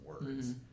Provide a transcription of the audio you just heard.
words